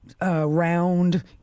round